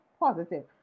positive